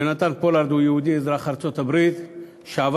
יונתן פולארד הוא יהודי אזרח ארצות-הברית שעבד